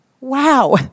Wow